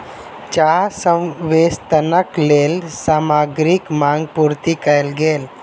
चाह संवेष्टनक लेल सामग्रीक मांग पूर्ति कयल गेल